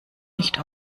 nicht